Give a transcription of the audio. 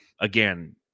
again